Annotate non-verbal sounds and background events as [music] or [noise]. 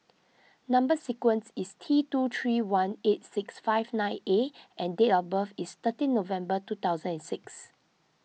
[noise] Number Sequence is T two three one eight six five nine A and date of birth is thirteen November two thousand and six